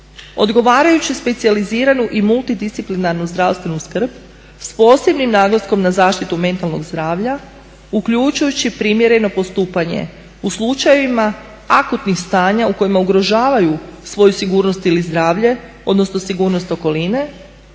odgovarajuće specijaliziranu i multidisciplinarnu zdravstvenu skrb s posebnim naglaskom na zaštitu mentalnog zdravlja uključujući primjereno postupanje u slučajevima akutnih stanja u kojima ugrožavaju svoju sigurnost ili zdravlje, odnosno sigurnost okoline,